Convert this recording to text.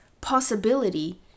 possibility